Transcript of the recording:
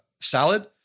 salad